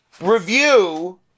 review